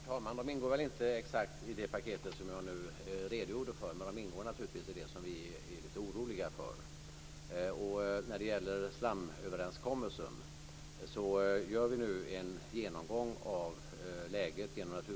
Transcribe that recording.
Herr talman! De ingår väl inte exakt i det paket som jag nu redogjort för, men de tillhör naturligtvis det som vi är lite oroliga för. När det gäller slamöverenskommelsen gör Naturvårdsverket nu en genomgång av läget.